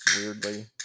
Weirdly